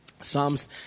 Psalms